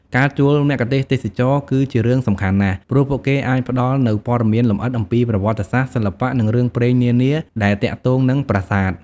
ការជួលមគ្គុទ្ទេសក៍ទេសចរណ៍ គឺជារឿងសំខាន់ណាស់ ព្រោះពួកគេអាចផ្តល់នូវព័ត៌មានលម្អិតអំពីប្រវត្តិសាស្ត្រ សិល្បៈ និងរឿងព្រេងនានាដែលទាក់ទងនឹងប្រាសាទ។